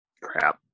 Crap